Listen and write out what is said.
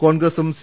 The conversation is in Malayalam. കോൺഗ്രസും സി